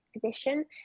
position